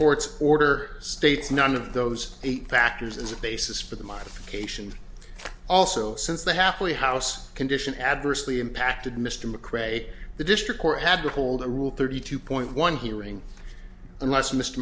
court's order states none of those eight factors is a basis for the modification also since the halfway house condition adversely impacted mr mcrae the district court had to hold a rule thirty two point one hearing unless mr